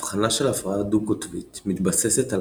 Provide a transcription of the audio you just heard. אבחנה של הפרעה דו-קוטבית מתבססת על